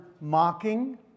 mocking